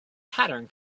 pattern